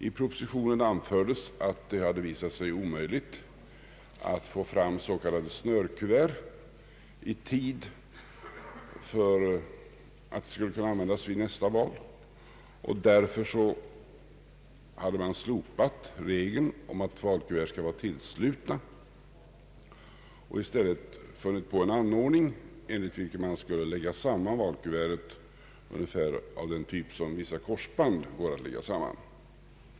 I propositionen anfördes att det visat sig omöjligt att få fram s.k. snörkuvert i tid för nästa val, och därför hade man slopat regeln att valkuvert skall vara tillslutet. I stället hade man funnit på en anordning enligt vilken man skulle lägga samman valkuvertet ungefär på samma sätt som man kan lägga samman vissa korsband.